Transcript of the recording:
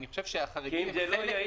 אני חושב שהחריגים הם חלק מן ההסדר.